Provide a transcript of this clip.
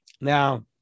Now